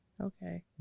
okay